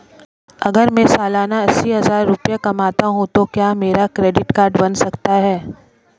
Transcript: अगर मैं सालाना अस्सी हज़ार रुपये कमाता हूं तो क्या मेरा क्रेडिट कार्ड बन सकता है?